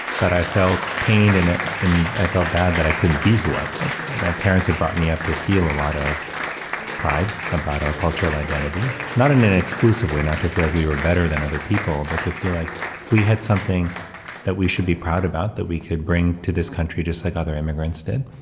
but i felt pain and i felt bad that i couldn't be who i was. my parents had brought me up to feel a lot of pride, about our cultural identity, not in an exclusive way, not to feel like we were better than other people, but to feel like we had something that we should be proud about that we could bring to this country just like other immigrants did.